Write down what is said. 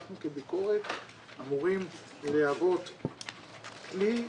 אנחנו, כביקורת, אמורים להוות כלי,